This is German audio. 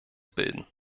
bilden